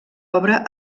obra